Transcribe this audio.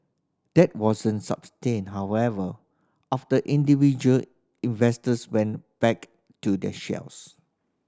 that wasn't sustained however after individual investors went back to their shells